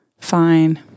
fine